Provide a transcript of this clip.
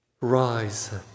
Rise